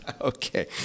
Okay